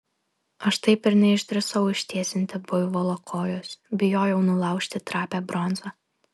aš taip ir neišdrįsau ištiesinti buivolo kojos bijojau nulaužti trapią bronzą